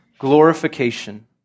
glorification